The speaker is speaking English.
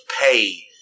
pay